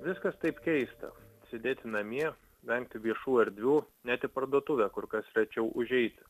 viskas taip keista sėdėti namie vengti viešų erdvių net į parduotuvę kur kas rečiau užeiti